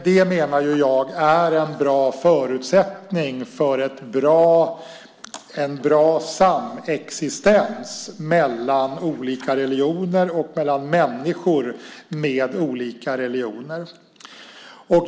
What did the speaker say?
Jag menar att det är en bra förutsättning för en bra samexistens mellan olika religioner och mellan människor med olika religioner.